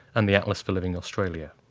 and the atlas for living australia.